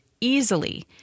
easily